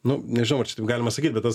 nu nežinau ar čia taip galima sakyt bet tas